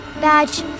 Badge